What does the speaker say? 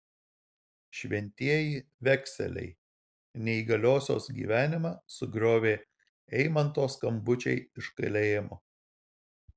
šventieji vekseliai neįgaliosios gyvenimą sugriovė eimanto skambučiai iš kalėjimo